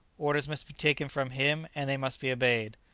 orders must be taken from him, and they must be obeyed.